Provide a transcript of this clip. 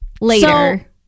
later